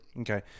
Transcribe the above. Okay